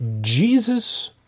Jesus